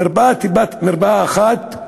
מרפאה אחת,